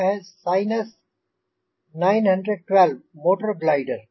यह है Sinus 912 motor glider